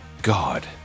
God